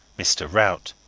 mr. rout,